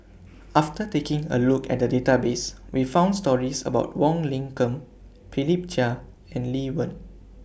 after taking A Look At The Database We found stories about Wong Lin Ken Philip Chia and Lee Wen